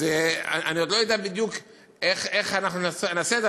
אז אני עוד לא יודע בדיוק איך נעשה את זה,